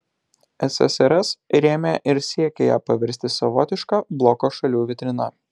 ssrs rėmė ir siekė ją paversti savotiška bloko šalių vitrina